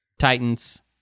Titans